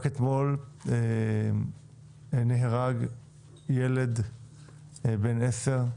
רק אתמול נהרג ילד בן 10 ,